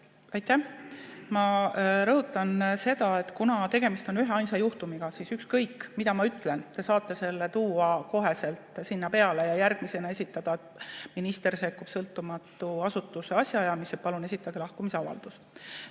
Aitäh! Ma rõhutan seda, et kuna tegemist on üheainsa juhtumiga, siis ükskõik, mida ma ütlen, te saate selle viia kohe selle peale ja järgmisena esitada [väite], et minister sekkub sõltumatu asutuse asjaajamisse, et palun esitage lahkumisavaldus.